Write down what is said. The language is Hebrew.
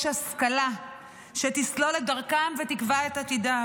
השכלה שתסלול את דרכם ותקבע את עתידם,